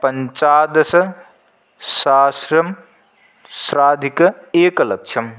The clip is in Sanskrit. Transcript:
पञ्चदशसहस्रं स्राधिक एकलक्षं